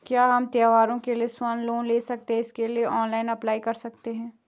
क्या हम त्यौहारों के लिए स्वर्ण लोन ले सकते हैं इसके लिए क्या ऑनलाइन अप्लाई कर सकते हैं?